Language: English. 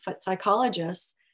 psychologists